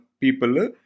people